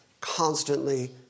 constantly